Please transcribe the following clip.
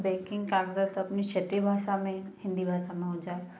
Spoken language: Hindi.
देखें कागज़ात अपनी क्षेत्रीय भाषा में हिंदी भाषा में हो जाए